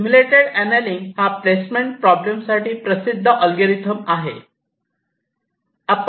simulated annealing हा placement problem साठी प्रसिद्ध ऍलगोरिदम आहे